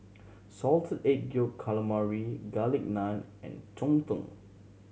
Salted Egg Yolk Calamari Garlic Naan and cheng tng